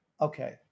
Okay